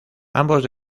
ambos